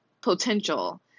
potential